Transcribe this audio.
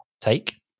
take